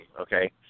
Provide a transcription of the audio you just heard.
okay